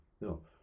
no